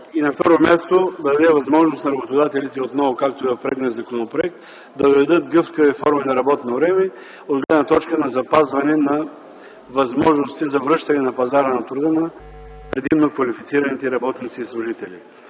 И на второ място – да даде възможност на работодателите отново, както е в предния законопроект, да въведат гъвкави форми на работно време, от гледна точка на запазване на възможностите за връщане на пазара на труда на предимно квалифицираните работници и служители.